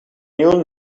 neural